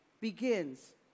begins